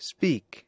Speak